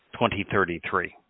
2033